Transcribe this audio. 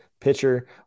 pitcher